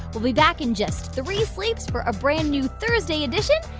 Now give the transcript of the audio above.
we'll be back in just three sleeps for a brand new thursday edition.